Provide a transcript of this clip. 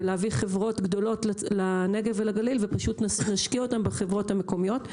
בלהביא חברות גדולות לנגב ולגליל ופשוט נשקיע אותם בחברות המקומיות.